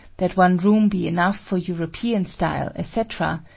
that one room be enough for european style, etc,